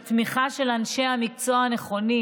בתמיכה של אנשי המקצוע הנכונים.